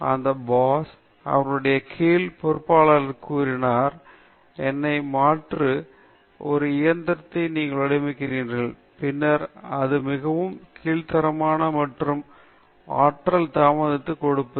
அந்தப் பாஸ் அவருடைய கீழ் பொறுப்பாளரிடம் கூறுகிறார் என்னை மாற்றும் ஒரு இயந்திரத்தை நீங்கள் வடிவமைக்கிறீர்கள் பின்னர் அது மிகவும் கீழ்த்தரமான மற்றும் ஆற்றல் தாமதத்திற்கு கொடுக்கிறது